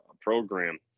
program